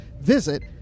visit